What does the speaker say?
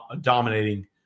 dominating